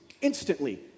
instantly